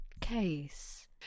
case